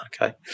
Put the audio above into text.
Okay